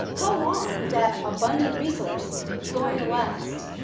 how long is that abundant resource going to last?